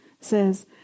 says